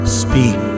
speak